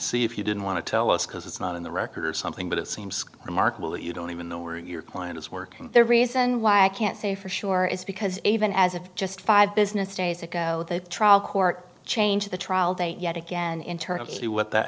see if you didn't want to tell us because it's not in the record something but it seems remarkable that you don't even know where your client is working the reason why i can't say for sure is because even as of just five business days ago the trial court changed the trial date yet again internally what that